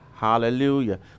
Hallelujah